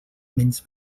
menys